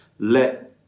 Let